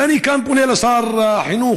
ואני כאן פונה לשר החינוך